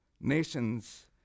nations